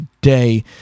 day